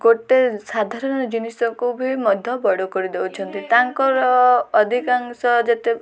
ଗୋଟେ ସାଧାରଣ ଜିନିଷକୁ ବି ମଧ୍ୟ ବଡ଼ କରି ଦେଉଛନ୍ତି ତାଙ୍କର ଅଧିକାଂଶ ଯେତେ